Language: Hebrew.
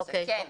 פספסת.